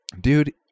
Dude